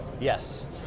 Yes